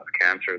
cancer